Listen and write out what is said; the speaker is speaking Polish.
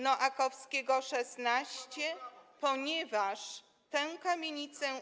Noakowskiego 16, ponieważ tę kamienicę.